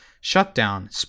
Shutdown